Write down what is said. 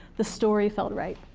the story felt right.